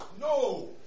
No